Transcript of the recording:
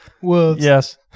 Yes